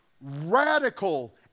Radical